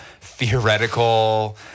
theoretical